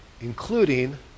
including